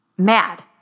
Mad